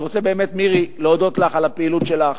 אני רוצה באמת, מירי, להודות לך על הפעילות שלך.